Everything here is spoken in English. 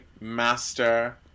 master